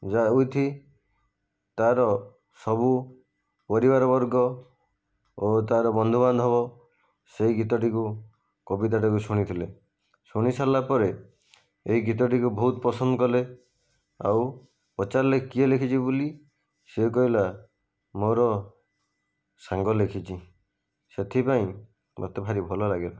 ଯାହା ୱିଥ୍ ତା'ର ସବୁ ପରିବାର ବର୍ଗ ଓ ତା'ର ବନ୍ଧୁ ବାନ୍ଧବ ସେହି ଗୀତଟିକୁ କବିତାଟାକୁ ଶୁଣିଥିଲେ ଶୁଣି ସାରିଲା ପରେ ଏହି ଗୀତଟିକୁ ବହୁତ ପସନ୍ଦ କଲେ ଆଉ ପଚାରିଲେ କିଏ ଲେଖିଛି ବୋଲି ସେ କହିଲା ମୋର ସାଙ୍ଗ ଲେଖିଛି ସେଥିପାଇଁ ମୋତେ ଭାରି ଭଲ ଲାଗିଲା